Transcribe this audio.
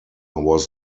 was